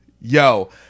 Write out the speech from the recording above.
Yo